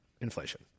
inflation